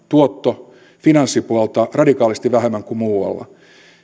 tuotto ja finanssipuolta radikaalisti vähemmän kuin muualla